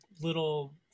little